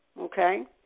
okay